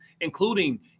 including